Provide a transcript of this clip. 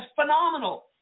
phenomenal